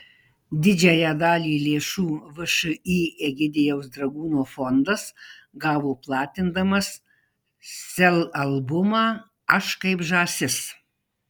didžiąją dalį lėšų všį egidijaus dragūno fondas gavo platindamas sel albumą aš kaip žąsis